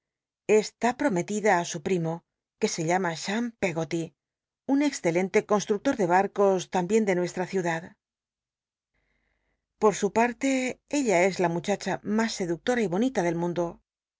está prornelida ü su pr imo que se llama cham pcggoty un excelente constructor de bar jos tambien de nueslra ciudad por sü parte ella es la muchacha mas seductora y bonita del mundo